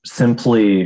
simply